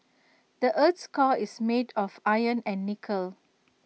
the Earth's core is made of iron and nickel